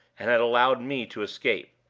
and had allowed me to escape.